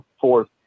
fourth